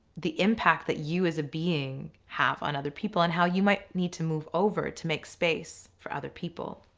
the impact that you as a being have on other people, and how you might need to move over to make space for other people.